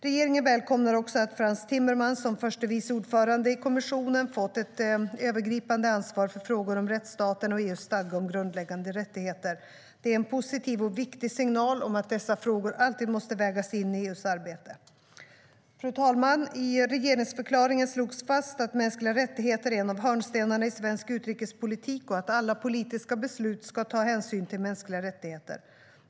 Regeringen välkomnar också att Frans Timmermans, som förste vice ordförande i kommissionen, fått ett övergripande ansvar för frågor om rättsstaten och EU:s stadga om grundläggande rättigheter. Det är en positiv och viktig signal om att dessa frågor alltid måste vägas in i EU:s arbete. Fru talman! I regeringsförklaringen slogs fast att mänskliga rättigheter är en av hörnstenarna i svensk utrikespolitik och att alla politiska beslut ska ta hänsyn till mänskliga rättigheter.